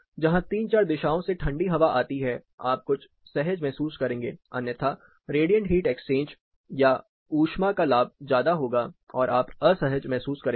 जहां तीन चार दिशाओं से ठंडी हवा आती है आप कुछ सहज महसूस करेंगे अन्यथा रेडिएंट हीट एक्सचेंज या ऊष्मा का लाभ ज्यादा होगा और आप असहज महसूस करने लगेंगे